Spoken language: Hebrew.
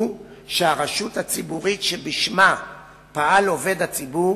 הוא שהרשות הציבורית שבשמה פעל עובד הציבור